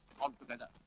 altogether